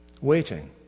waiting